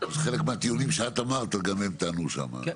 חלק מהטיעונים שאת אמרת גם הם טענו שם.